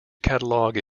catalogue